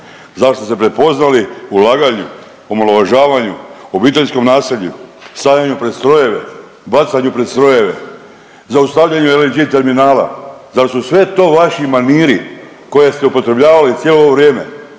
zašto ste prepoznali u laganju u omalovažavanju, u obiteljskom nasilju, stavljanju pred strojeve, bacanju pred strojeve, zaustavljanju LNG terminala zar su sve to vaši maniri koje ste upotrebljavali cijelo ovo vrijeme.